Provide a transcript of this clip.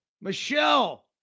Michelle